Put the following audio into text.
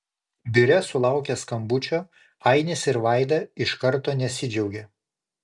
biure sulaukę skambučio ainis ir vaida iš karto nesidžiaugia